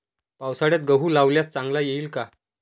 पावसाळ्यात गहू लावल्यास चांगला येईल का?